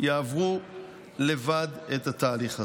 יעברו לבד את התהליך הזה.